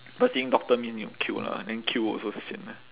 but seeing doctor means need to queue lah and then queue also sian ah